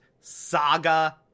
saga